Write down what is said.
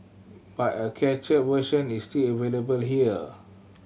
but a cached version is still available here